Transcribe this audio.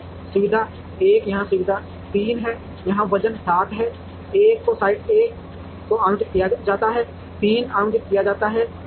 इसलिए सुविधा 1 यहां सुविधा 3 है यहां वजन 7 है 1 को साइट 1 को आवंटित किया जाता है 3 आवंटित किया जाता है